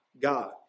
God